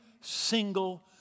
single